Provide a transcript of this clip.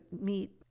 meet